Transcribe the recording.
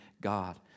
God